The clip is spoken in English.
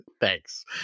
Thanks